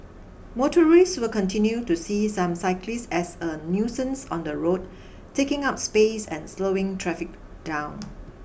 motorists will continue to see some cyclists as a nuisance on the road taking up space and slowing traffic down